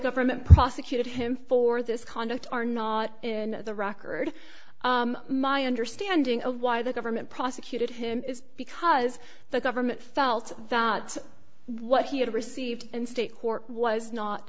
government prosecuted him for this conduct are not in the record my understanding of why the government prosecuted him is because the government felt that what he had received in state court was not